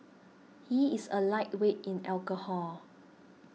he is a lightweight in alcohol